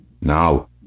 Now